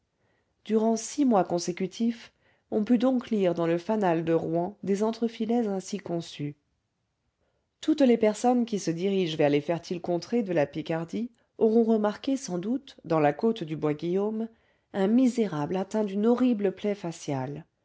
durant six mois consécutifs on put donc lire dans le fanal de rouen des entrefilets ainsi conçus toutes les personnes qui se dirigent vers les fertiles contrées de la picardie auront remarqué sans doute dans la côte du boisguillaume un misérable atteint d'une horrible plaie faciale